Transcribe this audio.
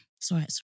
Sorry